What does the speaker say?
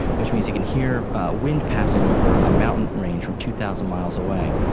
which means it can hear wind passing over a mountain range from two thousand miles away.